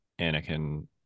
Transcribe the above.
Anakin